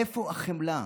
איפה החמלה?